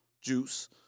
juice